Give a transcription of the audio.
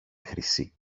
χρυσή